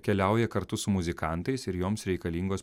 keliauja kartu su muzikantais ir joms reikalingos